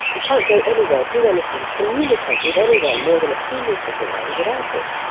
you can't go anywhere, do anything, communicate with anyone more than a few metres away without it.